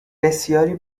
بسیاری